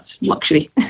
luxury